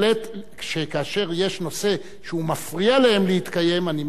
כאשר יש נושא שמפריע להם להתקיים, אני מסכים אתך,